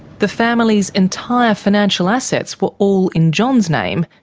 the family's entire financial assets were all in john's name,